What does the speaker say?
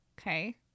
Okay